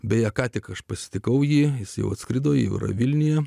beje ką tik aš pasitikau jį jau atskrido į biurą vilniuje